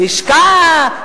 לשכה,